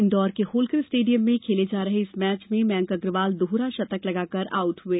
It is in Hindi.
इंदौर के होलकर स्टेडियम में खेले जा रहे इस मैच में मयंक अग्रवाल दोहरा शतक लगाकर आउट हुए